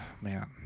man